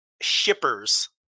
shippers